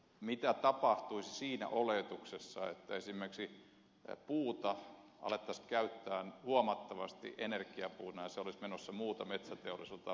mitä tapahtuisi jos puuta alettaisiin käyttää huomattavasti energiapuuna ja se olisi pois muulta metsäteollisuudelta tai vastaavalta